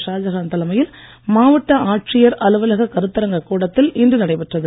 ஷாஜகான் தலைமையில் மாவட்ட ஆட்சியர் அலுவலக கருத்தரங்கக் கூடத்தில் இன்று நடைபெற்றது